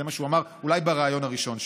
זה מה שהוא אמר אולי בריאיון הראשון שלו.